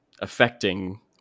affecting